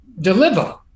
deliver